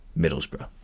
Middlesbrough